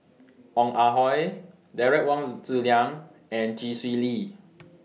Ong Ah Hoi Derek Wong Zi Liang and Chee Swee Lee